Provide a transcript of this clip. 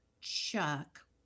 Chuck